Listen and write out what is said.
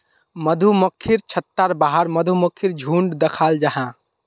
मधुमक्खिर छत्तार बाहर मधुमक्खीर झुण्ड दखाल जाहा